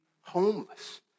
homeless